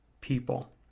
people